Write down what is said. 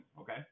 okay